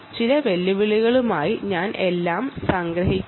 ചില വെല്ലുവിളികളുമായി ഞാൻ എല്ലാം സംഗ്രഹിക്കാം